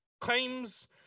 claims